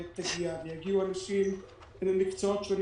תגיע ויגיעו אנשים ממקצועות שונים